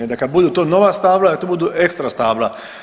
I onda kad budu to nova stabla, da to budu ekstra stabla.